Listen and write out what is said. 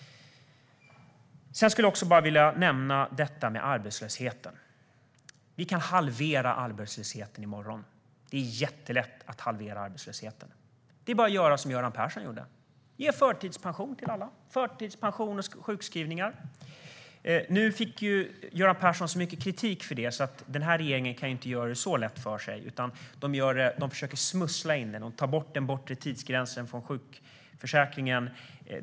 Sedan vill jag bara nämna detta med arbetslösheten. Vi kan halvera arbetslösheten i morgon - det är jättelätt. Det är bara att göra som Göran Persson gjorde: bevilja förtidspension eller sjukskriva alla. Nu fick Göran Persson mycket kritik för det, så den här regeringen kan ju inte göra det så lätt för sig. Den här regeringen försöker smussla genom att ta bort den bortre tidsgränsen i sjukförsäkringen.